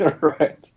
Right